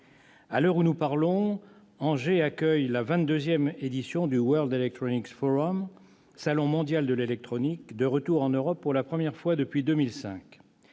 À l'heure où nous parlons, Angers accueille la 22 édition du, le Salon mondial de l'électronique, de retour en Europe pour la première fois depuis 2005.